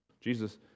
Jesus